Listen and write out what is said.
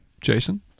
Jason